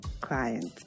clients